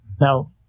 Now